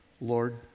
Lord